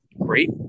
Great